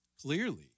clearly